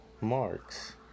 marks